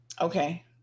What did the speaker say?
Okay